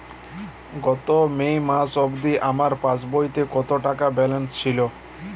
গত মে মাস অবধি আমার পাসবইতে কত টাকা ব্যালেন্স ছিল?